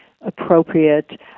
appropriate